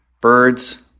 birds